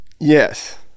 Yes